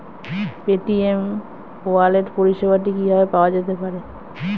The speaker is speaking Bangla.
পেটিএম ই ওয়ালেট পরিষেবাটি কিভাবে পাওয়া যেতে পারে?